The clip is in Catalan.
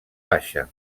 baixa